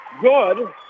Good